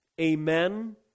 Amen